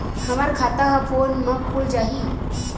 हमर खाता ह फोन मा खुल जाही?